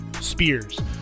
Spears